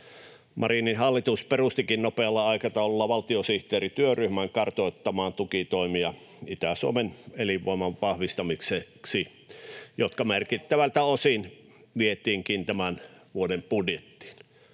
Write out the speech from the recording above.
Marinin hallitus perustikin nopealla aikataululla valtiosihteerityöryhmän kartoittamaan tukitoimia Itä-Suomen elinvoiman vahvistamiseksi, [Mauri Peltokankaan välihuuto] jotka merkittävältä osin vietiinkin tämän vuoden budjettiin.